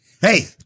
Hey